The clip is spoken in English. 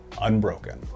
unbroken